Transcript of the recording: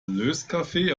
löskaffee